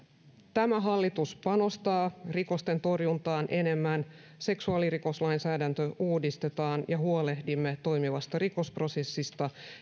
tämä hallitus panostaa rikosten torjuntaan enemmän seksuaalirikoslainsäädäntö uudistetaan ja huolehdimme toimivasta rikosprosessista